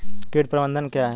कीट प्रबंधन क्या है?